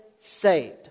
saved